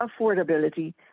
affordability